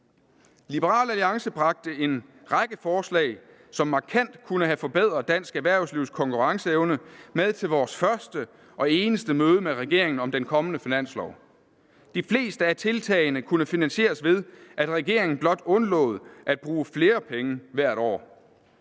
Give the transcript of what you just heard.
Liberal Alliance bragte en række forslag, som markant kunne have forbedret dansk erhvervslivs konkurrenceevne, med til vores første og eneste møde med regeringen om den kommende finanslov. De fleste af tiltagene kunne finansieres ved, at regeringen blot undlod at bruge flere penge hvert år.